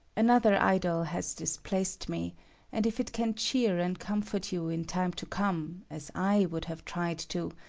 another idol has displaced me and if it can cheer and comfort you in time to come, as i would have tried to do,